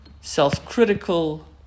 self-critical